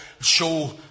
show